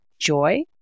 joy